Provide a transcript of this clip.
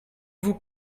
vous